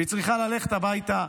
והיא צריכה ללכת הביתה,